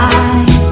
eyes